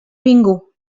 bingo